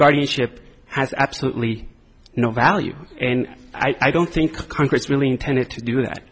guardianship has absolutely no value and i don't think congress really intended to do that